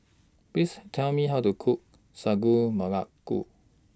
Please Tell Me How to Cook Sagu Melaka